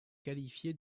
qualifiées